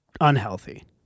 unhealthy